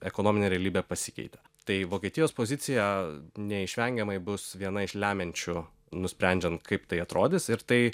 ekonominė realybė pasikeitė tai vokietijos pozicija neišvengiamai bus viena iš lemiančių nusprendžiant kaip tai atrodys ir tai